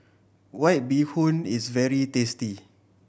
White Bee Hoon is very tasty